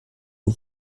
aux